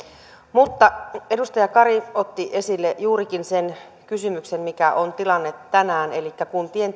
mutta edustaja kari otti esille juurikin sen kysymyksen mikä on tilanne tänään elikkä kuntien